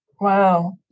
Wow